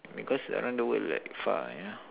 because around the world like far yeah